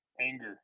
anger